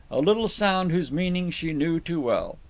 a little sound whose meaning she knew too well.